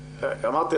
אמרתי,